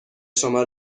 شما